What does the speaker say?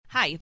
Hi